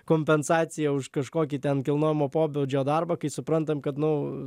kompensacija už kažkokį ten kilnojamo pobūdžio darbą kai suprantam kad nu